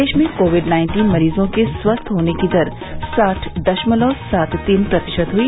देश में covid nineteen मरीजों के स्वस्थ होने की दर साठ दशमलव सात तीन प्रतिशत हुई